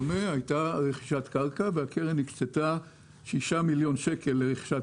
רכישת קרקע והקרן הקצתה 6 מיליון שקל לרכישת